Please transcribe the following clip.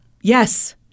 Yes